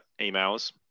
emails